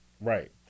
Right